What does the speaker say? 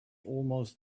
almost